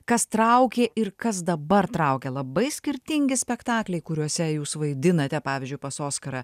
kas traukė ir kas dabar traukia labai skirtingi spektakliai kuriuose jūs vaidinate pavyzdžiui pas oskarą